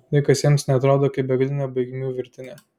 laikas jiems neatrodo kaip begalinė baigmių virtinė